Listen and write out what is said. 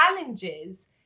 challenges